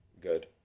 good